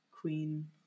queen